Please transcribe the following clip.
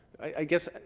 i guess,